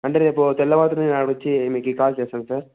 అంటే రేపు తెల్లవారతోనే నేను అక్కడికి వచ్చి మీకు కాల్ చేస్తాను సార్